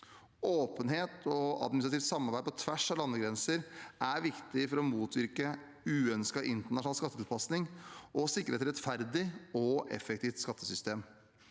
Åpenhet og administrativt samarbeid på tvers av landegrenser er viktig for å motvirke uønsket internasjonal skattetilpasning og å sikre et rettferdig og effektivt skattesystem.